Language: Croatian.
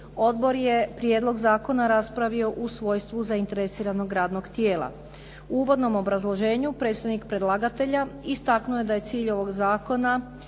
Odbor je prijedlog zakona raspravio u svojstvu zainteresiranog radnog tijela. U uvodnom obrazloženju predsjednik predlagatelja istaknuo je da je cilj ovog zakonskog